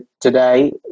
today